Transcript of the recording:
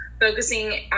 focusing